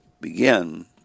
begin